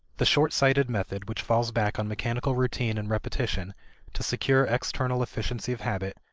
the short-sighted method which falls back on mechanical routine and repetition to secure external efficiency of habit,